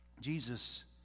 Jesus